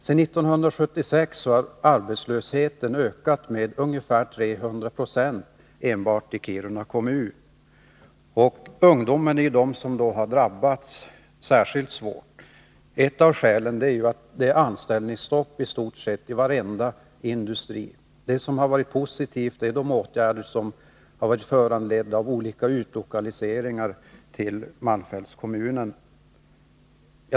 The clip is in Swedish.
Sedan 1976 har arbetslösheten ökat med ungefär 300 90 enbart i Kiruna kommun, och ungdomarna är de som drabbas särskilt hårt. Ett av skälen är att det i stort sett råder anställningsstopp i varenda industri. Det positiva är de åtgärder som föranletts av olika utlokaliseringar till malmfältskommunen.